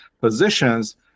positions